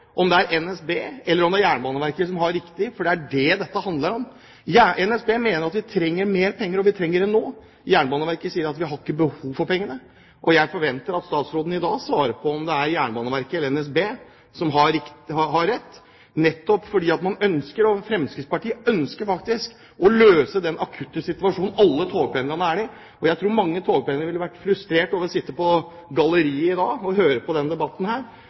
om det er NSB eller om det er Jernbaneverket som har rett, for det er det dette handler om. NSB mener at de trenger mer penger, og de trenger det nå. Jernbaneverket sier at de ikke har behov for pengene. Jeg forventer at statsråden i dag svarer på om det er Jernbaneverket eller NSB som har rett, nettopp fordi Fremskrittspartiet ønsker å løse den akutte situasjonen alle togpendlerne er i. Jeg tror mange togpendlere ville vært frustrert over å sitte på galleriet i dag og høre på denne debatten, for man har ikke kommet veldig mye lenger i å løse den